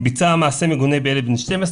ביצע מעשה מגונה בילד בן ...,